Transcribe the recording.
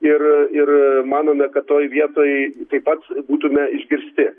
ir ir manome kad toj vietoj taip pat būtume išgirsti